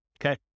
okay